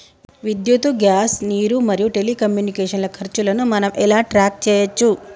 విద్యుత్ గ్యాస్ నీరు మరియు టెలికమ్యూనికేషన్ల ఖర్చులను మనం ఎలా ట్రాక్ చేయచ్చు?